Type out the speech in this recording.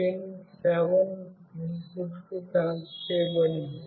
pin 7 ఇన్పుట్కు connect చేయబడింది